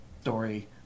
story